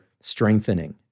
strengthening